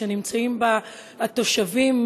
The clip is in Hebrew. שנמצאים בה התושבים,